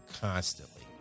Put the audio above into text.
constantly